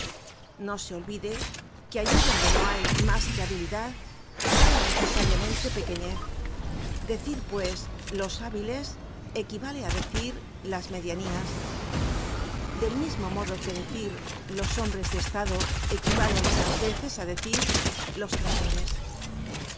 no se olvide que allí donde no hay masque habilidad hay necesariamente pequeñez decir pues los hábiles equivaleá decir las medianías del mismo modo que decir los hombres de estado equivale algunas veces á decir los traidores